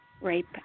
rape